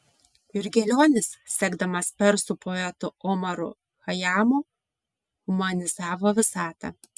jurgelionis sekdamas persų poetu omaru chajamu humanizavo visatą